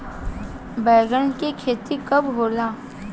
बैंगन के खेती कब होला?